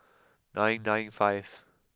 nine nine five